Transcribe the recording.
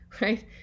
right